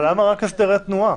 אבל למה רק הסדרי תנועה?